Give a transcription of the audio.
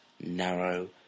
narrow